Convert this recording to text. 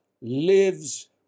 lives